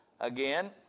Again